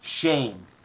shame